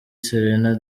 selena